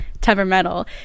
temperamental